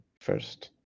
first